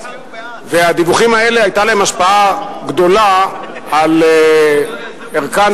והדיווחים האלה היתה להם השפעה גדולה על ערכן